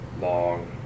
long